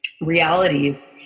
realities